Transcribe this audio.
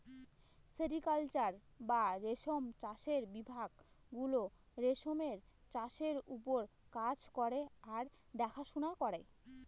sericulture বা রেশম চাষের বিভাগ গুলো রেশমের চাষের ওপর কাজ করে আর দেখাশোনা করে